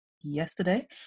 yesterday